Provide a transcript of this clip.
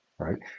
Right